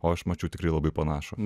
o aš mačiau tikrai labai panašų